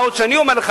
מה עוד שאני אומר לך,